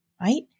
right